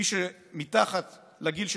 מי שמתחת לגיל,